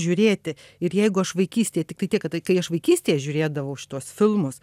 žiūrėti ir jeigu aš vaikystėj tiktai tiek kad kai aš vaikystėje žiūrėdavau šituos filmus